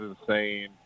insane